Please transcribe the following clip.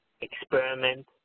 experiment